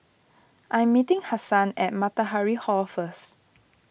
I am meeting Hasan at Matahari Hall first